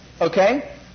Okay